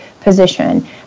position